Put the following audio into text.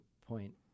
point